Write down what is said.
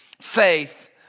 faith